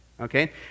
Okay